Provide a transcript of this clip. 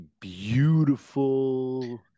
beautiful